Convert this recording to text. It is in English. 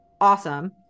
Awesome